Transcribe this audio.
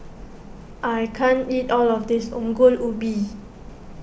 I can't eat all of this Ongol Ubi